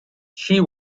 she